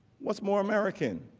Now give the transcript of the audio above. what's more american.